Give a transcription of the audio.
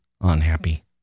unhappy